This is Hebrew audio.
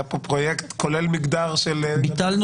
היה פה פרויקט כולל מגדר --- ביטלנו